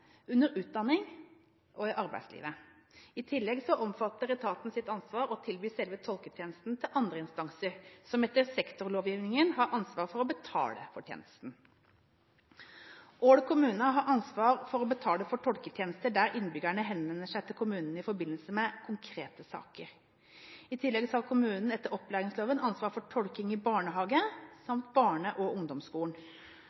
under utdanning og i arbeidslivet. I tillegg omfatter etatens ansvar å tilby selve tolketjenesten til andre instanser, som etter sektorlovgivningen har ansvaret for å betale for tjenesten. Ål kommune har ansvaret for å betale for tolketjenester der innbyggerne henvender seg til kommunene i forbindelse med konkrete saker. I tillegg har kommunen etter opplæringsloven ansvaret for tolking i barnehage